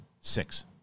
six